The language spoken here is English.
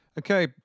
Okay